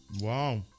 Wow